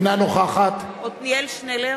אינה נוכחת עתניאל שנלר,